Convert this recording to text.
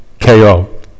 KO